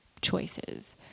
choices